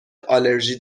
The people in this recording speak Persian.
آلرژی